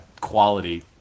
quality